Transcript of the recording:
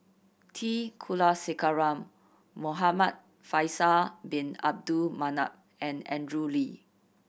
T Kulasekaram Muhamad Faisal Bin Abdul Manap and Andrew Lee